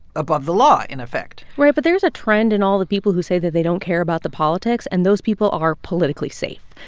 above the law, in effect right. but there's a trend in all the people who say that they don't care about the politics, and those people are politically safe.